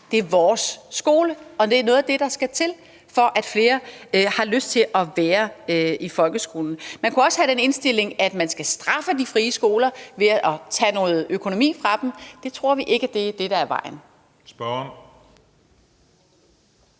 det er vores skole. Og det er noget af det, der skal til, for at flere har lyst til at være i folkeskolen. Man kunne også have den indstilling, at man skal straffe de frie skoler ved at tage noget økonomi fra dem. Det tror vi ikke er vejen.